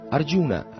Arjuna